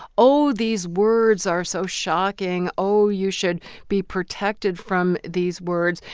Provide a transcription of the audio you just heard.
oh, these words are so shocking, oh, you should be protected from these words.